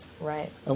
right